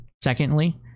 Secondly